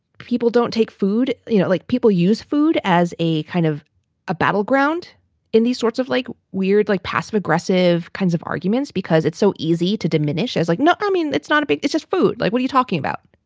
people don't take food. you know, like people use food as a kind of a battleground in these sorts of like weird, like passive aggressive kinds of arguments because it's so easy to diminish. it's like, no, i mean, that's not a big it's just food. like, what are you talking about?